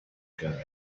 ibwami